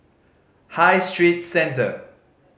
High Street Centre